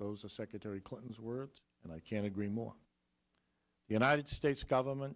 those of secretary clinton's words and i can agree more united states government